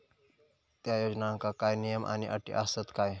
त्या योजनांका काय नियम आणि अटी आसत काय?